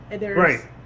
Right